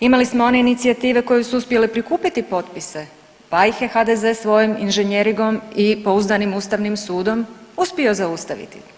Imali smo one inicijative koje su uspjele prikupiti potpise pa ih je HDZ svojim inženjeringom i pouzdanim Ustavnim sudom uspio zaustaviti.